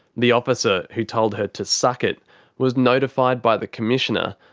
the officer who told her to suck it was notified by the commissioner,